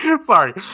Sorry